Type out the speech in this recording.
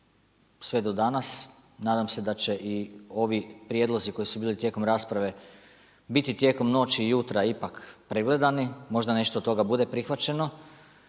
sve do danas. Nadam se da će i ovi prijedlozi koji su bili tijekom rasprave biti tijekom noći i jutra ipak pregledani, možda nešto od toga bude prihvaćeno.